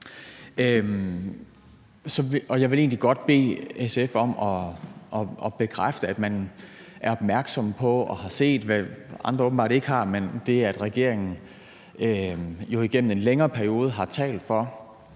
Jeg vil egentlig godt bede SF om at bekræfte, at man er opmærksom på og har set, hvad andre åbenbart ikke har, nemlig at regeringen jo igennem en længere periode har talt for,